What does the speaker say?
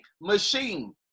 Machine